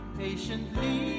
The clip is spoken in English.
patiently